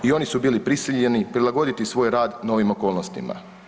I oni su bili prisiljeni prilagoditi svoj rad novim okolnostima.